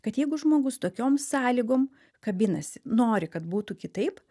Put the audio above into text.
kad jeigu žmogus tokiom sąlygom kabinasi nori kad būtų kitaip